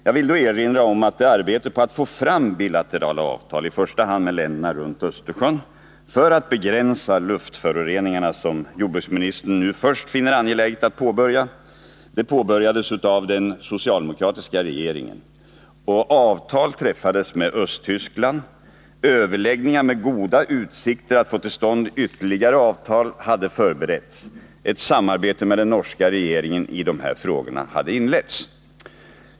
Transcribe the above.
Jag vill då erinra om att arbetet på att få fram bilaterala avtal —i första hand med länderna runt Östersjön — för att begränsa luftföroreningarna, ett arbete som jordbruksministern först nu finner det angeläget att påbörja, startades av den socialdemokratiska regeringen. Avtal träffades med Östtyskland. Överläggningar med goda utsikter att få till stånd ytterligare avtal hade förberetts, och ett samarbete med den norska regeringen i de här frågorna hade inletts.